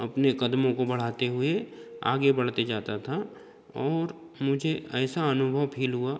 अपने कदमों को बढ़ाते हुए आगे बढ़ते जाता था और मुझे ऐसा अनुभव फ़ील हुआ